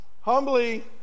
Humbly